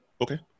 okay